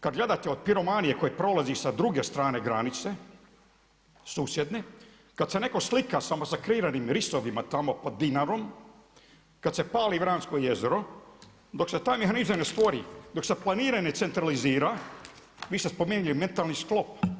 Kad gledate od piromanije koja prolazi sa druge strane granice susjedne, kad se netko slika sa masakriranim risovima tamo pod Dinarom, kad se pali Vransko jezero dok se taj mehanizam ne stvori, dok se ne planira, centralizira vi ste spominjali mentalni sklop.